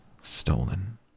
Stolen